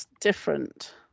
different